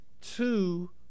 two